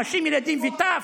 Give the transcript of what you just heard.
נשים, ילדים וטף.